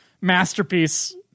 masterpiece